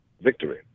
victory